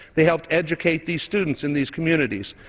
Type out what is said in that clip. they helped educate these students in these communities.